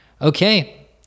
Okay